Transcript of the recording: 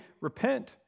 repent